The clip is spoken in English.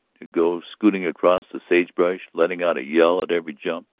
to go scooting across the sage-brush letting out a yell at every jump,